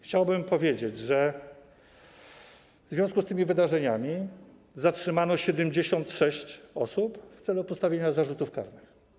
Chciałbym powiedzieć, że w związku z tymi wydarzeniami zatrzymano 76 osób w celu postawienia zarzutów karnych.